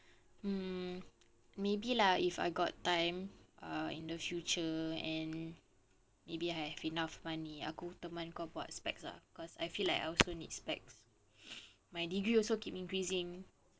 mm maybe lah if I got time err in the future and maybe I have enough money aku temankan kau buat specs lah cause I feel like I also need specs my degree also keep increasing